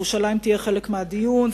ירושלים תהיה חלק מהדיון,